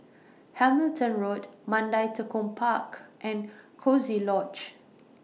Hamilton Road Mandai Tekong Park and Coziee Lodge